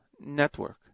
Network